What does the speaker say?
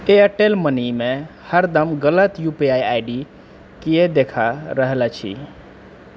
Airtel मनीमे हरदम गलत U P I I D किएक देखा रहल अछि